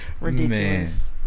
ridiculous